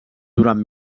durant